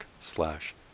slash